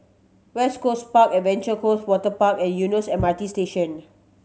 West Coast Park Adventure Cove Waterpark and Eunos M R T Station